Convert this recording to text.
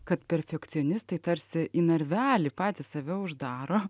kad perfekcionistai tarsi į narvelį patys save uždaro